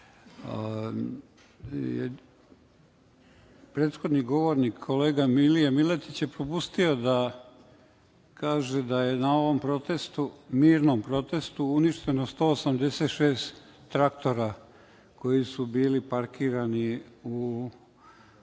Prethodni govornik, kolega Milija Miletić je propustio da kaže da je na ovom protestu, mirnom protestu, uništeno 186 traktora koji su bili parkirani u